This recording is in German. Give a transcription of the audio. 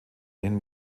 einen